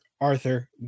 Arthur